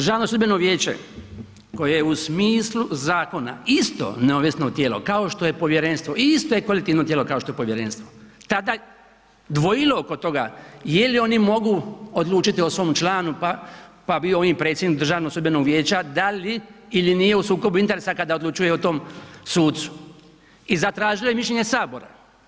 Državno sudbeno vijeće koje je u smislu zakona isto neovisno tijelo kao što je povjerenstvo isto je kolektivno tijelo kao što je povjerenstvo tada dvojilo oko toga jeli oni mogu odlučiti o svom članu pa bio on i predsjednik Državnog sudbenog vijeća da li ili nije u sukobu interesa kada odlučuje o tom sucu i zatražilo je mišljenje Sabora.